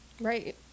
Right